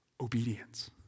Obedience